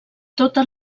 tota